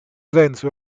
renzo